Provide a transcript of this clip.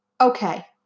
Okay